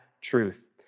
truth